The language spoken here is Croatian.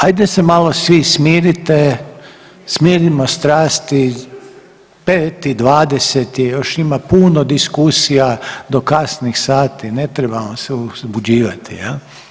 Ajde se malo svi smirite, smirimo strasti, 5 i 20 je, još ima puno diskusija do kasnih sati, ne trebamo se uzbuđivati jel.